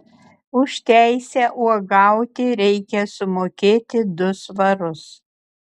už teisę uogauti reikia sumokėti du svarus